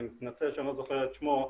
אני מתנצל שאני לא זוכר את שמו,